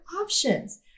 options